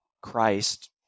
christ